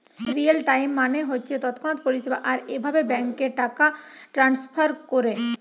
real time মানে হচ্ছে তৎক্ষণাৎ পরিষেবা আর এভাবে ব্যাংকে টাকা ট্রাস্নফার কোরে